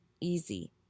easy